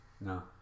No